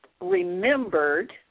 remembered